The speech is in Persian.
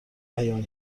بیان